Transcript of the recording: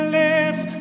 lips